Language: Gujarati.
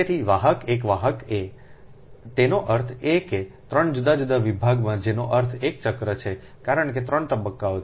તેથી વાહક એક વાહક એતેનો અર્થ એ કે 3 જુદા જુદા વિભાગમાં જેનો અર્થ 1 ચક્ર છે કારણ કે 3 તબક્કાઓ